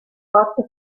fort